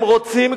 הם רוצים,